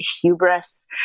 hubris